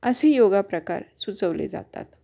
असे योगा प्रकार सुचवले जातात